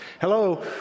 Hello